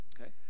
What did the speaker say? okay